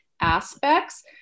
aspects